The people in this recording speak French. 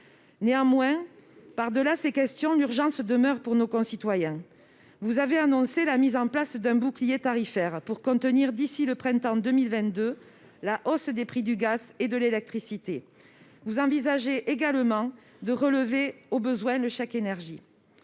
Néanmoins, par-delà ces questions, l'urgence demeure pour nos concitoyens. Vous avez annoncé la mise en place d'un « bouclier tarifaire » pour contenir, d'ici au printemps 2022, la hausse des prix du gaz et de l'électricité. Vous envisagez également de relever au besoin le chèque énergie.